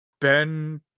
Ben